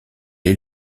est